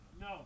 No